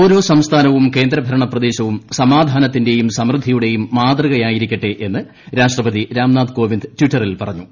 ഓരോ സംസ്ഥാനവും കേന്ദ്രഭരണ പ്രദേശവും സമാധാനത്തിന്റെയും സമൃദ്ധിയുടെയും മാതൃകയായിരിക്കട്ടെ എന്ന് രാഷ്ട്രപതി രാം നാഥ് കോവിന്ദ് ടിറ്ററിൽ പറഞ്ഞു